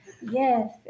Yes